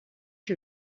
que